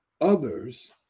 others